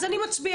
אז אני מצביעה,